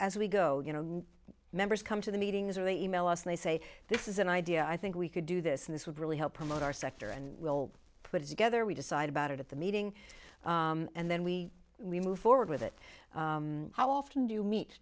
as we go you know members come to the meetings or they e mail us and they say this is an idea i think we could do this and this would really help promote our sector and we'll put it together we decide about it at the meeting and then we move forward with it how often do you meet